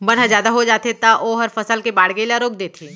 बन ह जादा हो जाथे त ओहर फसल के बाड़गे ल रोक देथे